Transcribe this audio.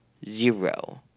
Zero